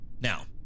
Now